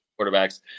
quarterbacks